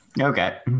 Okay